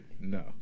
No